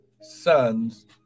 sons